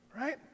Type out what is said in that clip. right